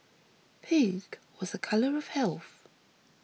pink was a colour of health